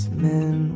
men